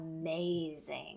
amazing